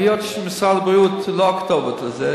היות שמשרד הבריאות הוא לא הכתובת לזה,